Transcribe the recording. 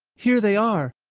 here they are.